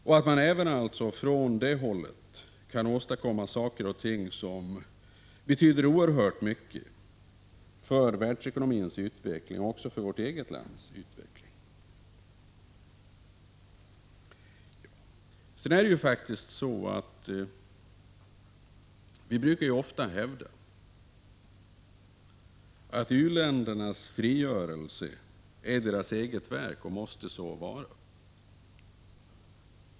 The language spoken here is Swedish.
Dessa internationella organ kan åstadkomma saker och ting som betyder oerhört mycket för världsekonomins utveckling och också för utvecklingen i vårt eget land. Vi brukar hävda att u-ländernas frigörelse är deras eget verk och måste så vara.